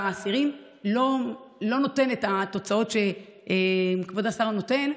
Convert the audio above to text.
האסירים לא נותן את התוצאות שכבוד השר נותן.